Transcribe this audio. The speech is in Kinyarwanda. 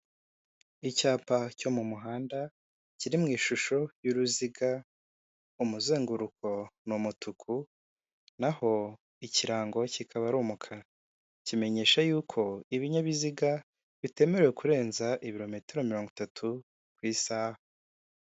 Icyapa cyo mu muhanda kiri mu ishusho y'uruziga, umuzenguruko ni umutuku, naho ikirango kikaba ari umukara kimenyesha yuko ibinyabiziga bitemerewe kurenza ibirometero mirongo itatu ku isaha.